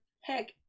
heck